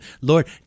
Lord